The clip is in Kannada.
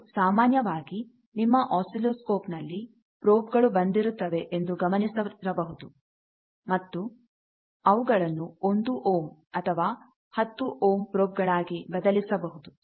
ನೀವು ಸಾಮಾನ್ಯವಾಗಿ ನಿಮ್ಮ ಆಸಿಲೋಸ್ಕೋಪ್ ನಲ್ಲಿ ಪ್ರೊಬ್ ಗಳು ಬಂದಿರುತ್ತವೆ ಎಂದು ಗಮನಿಸಿರಬಹುದು ಮತ್ತು ಅವುಗಳನ್ನು 1ಓಂ ಅಥವಾ 10 ಓಂ ಪ್ರೊಬ್ಗಳಾಗಿ ಬದಲಿಸಬಹುದು